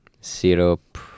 syrup